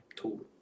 tool